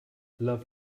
love